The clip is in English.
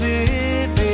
Living